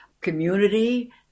community